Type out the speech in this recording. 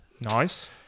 Nice